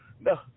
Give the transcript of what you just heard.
No